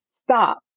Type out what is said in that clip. stop